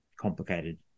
complicated